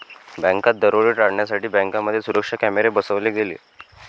बँकात दरोडे टाळण्यासाठी बँकांमध्ये सुरक्षा कॅमेरे बसवले गेले